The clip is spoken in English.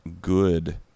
good